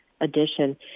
addition